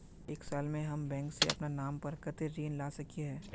एक साल में हम बैंक से अपना नाम पर कते ऋण ला सके हिय?